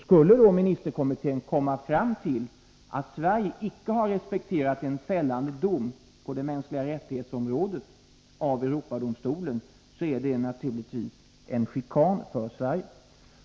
Skulle då ministerkommittén komma fram till att Sverige inte har respekterat en fällande dom i Europadomstolen på det område som gäller de mänskliga rättigheterna, är det naturligtvis en chikan för Sverige.